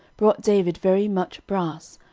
brought david very much brass,